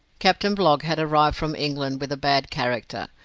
captain blogg had arrived from england with a bad character.